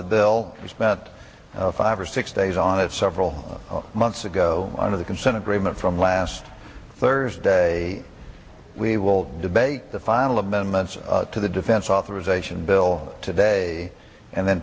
the bill we spent five or six days on it several months ago under the consent agreement from last thursday we will debate the final amendments to the defense authorization bill today and then